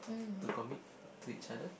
to commit to each other